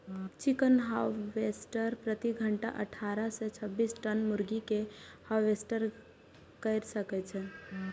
chicken harvester प्रति घंटा अट्ठारह सं छब्बीस टन मुर्गी कें हार्वेस्ट कैर सकै छै